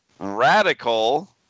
Radical